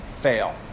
fail